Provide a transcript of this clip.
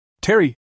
Terry